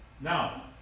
Now